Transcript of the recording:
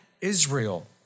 Israel